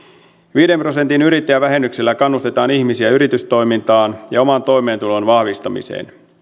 viiden prosentin yrittäjävähennyksellä kannustetaan ihmisiä yritystoimintaan ja oman toimeentulon vahvistamiseen